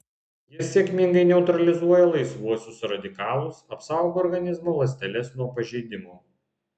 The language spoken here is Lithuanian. jis sėkmingai neutralizuoja laisvuosius radikalus apsaugo organizmo ląsteles nuo pažeidimo